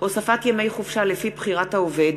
(הוספת ימי חופשה לפי בחירת העובד),